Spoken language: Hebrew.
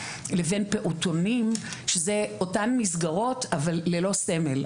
לבין פעוטונים שאלה אותן מסגרות אבל ללא סמל.